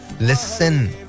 Listen